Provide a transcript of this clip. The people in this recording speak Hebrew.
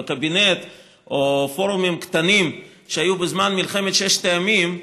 בקבינט או פורומים קטנים שהיו בזמן מלחמת ששת הימים,